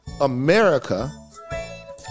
America